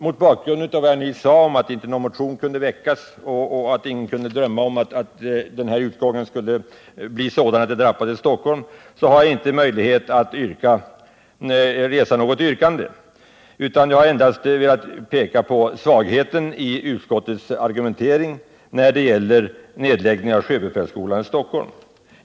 Mot bakgrund av vad jag nyss sade om att någon motion inte kunde väckas och att ingen kunde drömma om att utgången skulle bli sådan att den drabbade Stockholm, har jag inte möjlighet att resa något yrkande. Jag har endast velat peka på svagheten i utskottets argumentering när det gäller nedläggningen av sjöbefälsskolan i Stockholm.